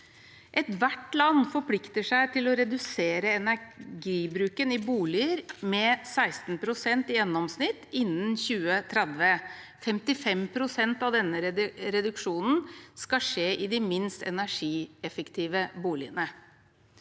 Ethvert land forplikter seg til å redusere energibruken i boliger med 16 pst. i gjennomsnitt innen 2030. 55 pst. av denne reduksjonen skal skje i de minst energieffektive boligene.